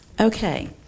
Okay